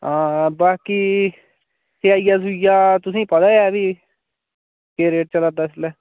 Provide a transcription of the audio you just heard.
हां बाकी सेयाईया सुयाईया दा तुसेंगी पता ऐ गै फ्ही केह् रेट चला दा इसलै